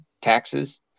taxes